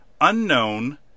Unknown